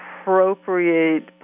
appropriate